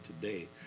today